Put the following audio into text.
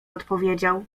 odpowiedział